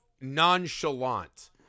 nonchalant